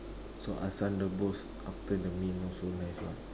so asam rebus after the meal also nice [what]